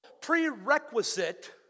prerequisite